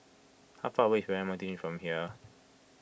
how far away from here